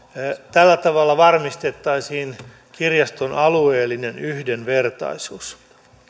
tällä tavalla varmistettaisiin kirjaston alueellinen yhdenvertaisuus